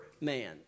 man